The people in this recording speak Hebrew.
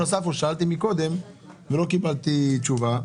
ששאלתי קודם ולא קיבלתי תשובה.